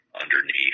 underneath